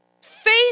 Faith